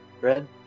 Red